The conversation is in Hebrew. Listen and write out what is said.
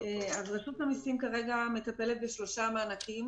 רשות המיסים מטפלת כרגע בשלושה מענקים